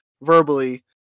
verbally